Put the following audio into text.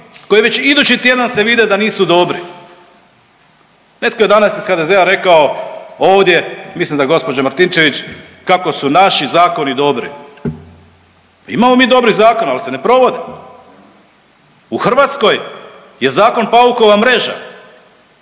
koji već idući tjedan se vide da nisu dobri. Netko je danas iz HDZ-a rekao ovdje, mislim da je gospođa Martinčević kako su naši zakoni dobri. Imamo mi dobrih zakona, ali se ne provode. U Hrvatskoj je zakon paukova mreža.